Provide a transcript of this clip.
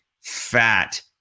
fat